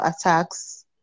attacks